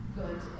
good